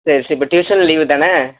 சரி சரி இப்போ டியூஷனும் லீவு தான்